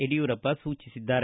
ಯಡಿಯೂರಪ್ಪ ಸೂಚಿಸಿದ್ದಾರೆ